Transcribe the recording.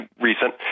recent